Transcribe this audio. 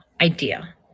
idea